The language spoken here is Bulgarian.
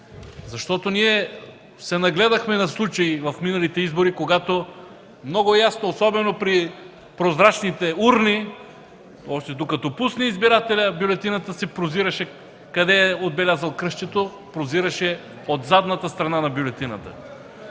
бюлетина. Нагледахме се на случаи в миналите избори, когато много ясно, особено при прозрачните урни, още докато пуска избирателят бюлетината си, прозираше къде е отбелязал хиксчето – прозираше от задната страна на бюлетината.